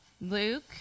luke